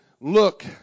look